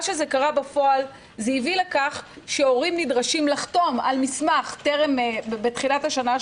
בפועל זה הביא לכך שהורים נדרשים לחתום על מסמך בתחילת השנה,